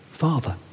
father